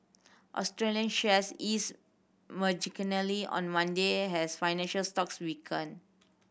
Australian shares eased marginally on Monday has financial stocks weakened